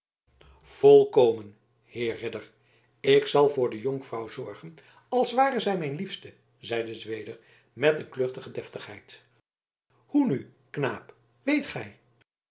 volkomen heer ridder ik zal voor de jonkvrouw zorgen als ware zij mijn liefste zeide zweder met een kluchtige deftigheid hoe nu knaap weet gij